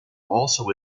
also